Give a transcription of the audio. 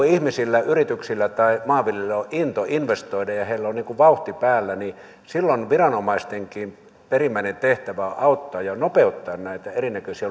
ihmisillä yrityksillä tai maanviljelijöillä on into investoida ja ja heillä on vauhti päällä niin silloin viranomaistenkin perimmäinen tehtävä on auttaa ja nopeuttaa näitä eri näköisiä